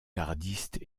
gardistes